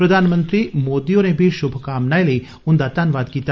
प्रधानमंत्री मोदी होरें बी षुभकामनाएं लेई उंदा धन्नबाद कीता